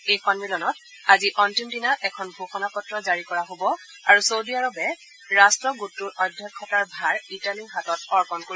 এই সম্মিলনত আজি অন্তিম দিনা এখন ঘোষণাপত্ৰ জাৰি কৰা হব আৰু চৌদি আৰবে ৰাট্ট গোটটোৰ অধ্যক্ষতাৰ ভাৰ ইটালীৰ হাতত অৰ্পন কৰিব